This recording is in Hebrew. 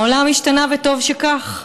העולם השתנה, וטוב שכך,